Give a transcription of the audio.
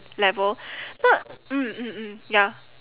level so mm mm mm ya